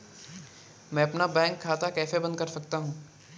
मैं अपना बैंक खाता कैसे बंद कर सकता हूँ?